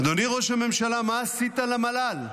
אדוני ראש הממשלה, מה עשית למל"ל?